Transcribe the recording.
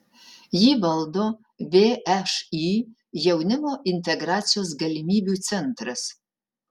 jį valdo všį jaunimo integracijos galimybių centras